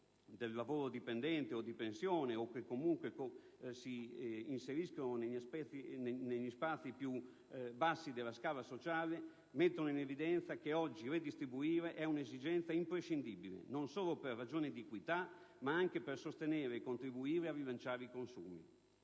del lavoro dipendente o di pensione o che, comunque, si inseriscono negli spazi più bassi della scala sociale mettono in evidenza che oggi redistribuire è un'esigenza imprescindibile, non solo per ragioni di equità, ma anche per sostenere e contribuire a rilanciare i consumi.